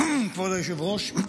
כבוד היושב-ראש,